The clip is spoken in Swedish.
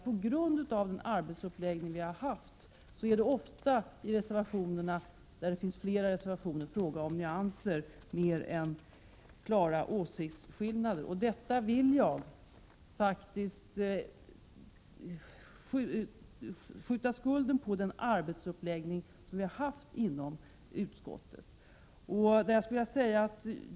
På grund av arbetets uppläggning är det ofta i reservationerna — när det finns flera reservationer — mer fråga om nyanser än om klara åsiktsskillnader. Här vill jag faktiskt skylla på uppläggningen av arbetet inom utskottet.